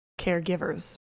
caregivers